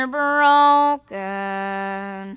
broken